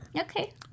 Okay